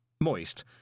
Moist